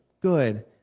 good